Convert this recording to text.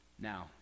now